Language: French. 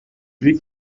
lui